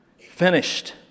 Finished